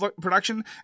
production